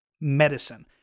medicine